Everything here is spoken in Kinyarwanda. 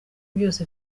byose